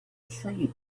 tree